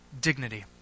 dignity